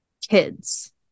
kids